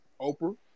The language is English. Oprah